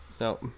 No